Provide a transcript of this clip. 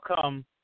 come